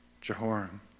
Jehoram